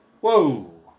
Whoa